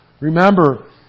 Remember